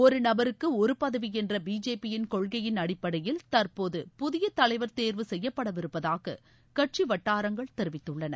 ஒரு நபருக்கு ஒரு பதவி என்ற பிஜேபியின் கொள்கையின் அடிப்படையில் தற்போது புதிய தலைவர் தேர்வு செய்யப்படவிருப்பதாக கட்சி வட்டாரங்கள் தெரிவித்துள்ளன